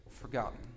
forgotten